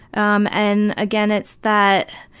um and again, it's that